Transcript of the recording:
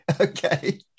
Okay